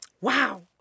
Wow